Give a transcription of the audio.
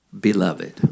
beloved